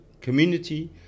community